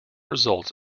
results